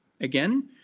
Again